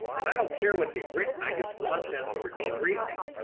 and i don't care what they've written i just want them for debriefing.